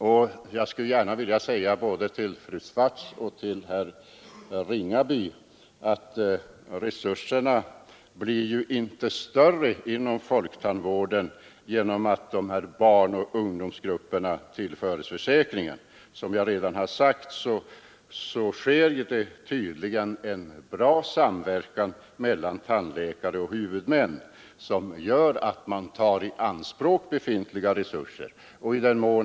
Sedan vill jag säga till både fru Swartz och herr Ringaby att resurserna inom folktandvården blir inte större genom att barnoch ungdomsgrupperna förs till försäkringen. Som jag redan sagt förekommer det tydligen en bra samverkan mellan tandläkare och huvudmän, vilket gör att befintliga resurser tas i anspråk.